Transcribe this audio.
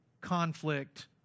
conflict